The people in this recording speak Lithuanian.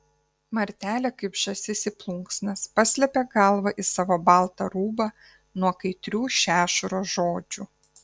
martelė kaip žąsis į plunksnas paslepia galvą į savo baltą rūbą nuo kaitrių šešuro žodžių